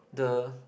the